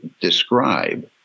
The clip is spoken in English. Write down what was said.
describe